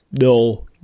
no